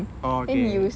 oh okay